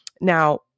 Now